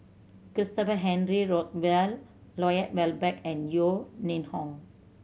Christopher Henry Rothwell Lloyd Valberg and Yeo Ning Hong